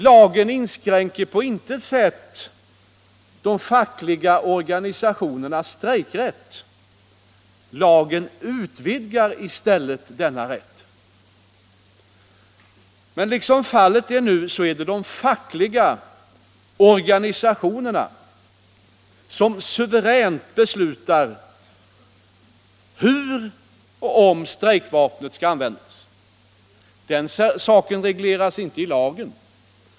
Lagen inskränker på intet sätt de fackliga organisationernas strejkrätt. Lagen utvidgar i stället denna rätt. Men liksom fallet är nu är det de fackliga organisationerna som suveränt beslutar hur och om strejkvapnet skall användas. Den saken regleras inte i lagen.